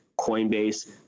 Coinbase